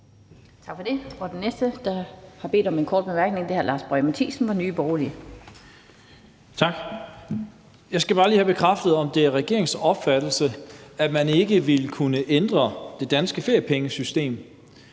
Jeg skal bare lige have bekræftet, at det er regeringens opfattelse, at man ikke vil kunne ændre det danske feriepengesystem